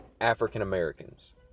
African-Americans